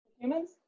Humans